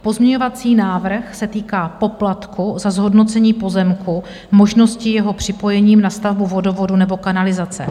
Pozměňovací návrh se týká poplatku za zhodnocení pozemku možností jeho připojení na stavbu vodovodu nebo kanalizace.